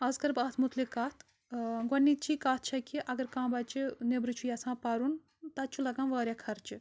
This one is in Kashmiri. آز کرٕ بہٕ اَتھ متعلق کَتھ ٲں گۄڈٕنِچی کَتھ چھِ کہِ اگر کانٛہہ بَچہِ نیٚبرٕ چھُ یَژھان پَرُن تَتہِ چھُ لَگان واریاہ خرچہٕ